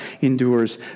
endures